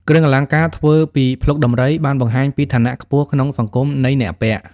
គ្រឿងអលង្ការធ្វើពីភ្លុកដំរី បានបង្ហាញពីឋានៈខ្ពស់ក្នុងសង្គមនៃអ្នកពាក់។